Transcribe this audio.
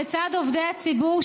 בצד עובדי הציבור,